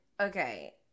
okay